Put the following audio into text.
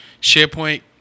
SharePoint